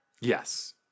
Yes